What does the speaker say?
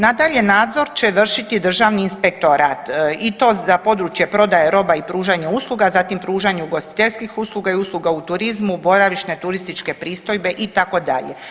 Nadalje, nadzor će vršiti Državni inspektorat i to za područje prodaje roba i pružanje usluga, zatim pružanje ugostiteljskih usluga i usluga u turizmu, boravišne turističke pristojbe, itd.